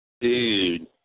Dude